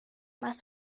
más